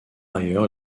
ailleurs